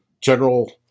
general